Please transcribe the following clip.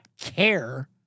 care